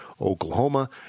Oklahoma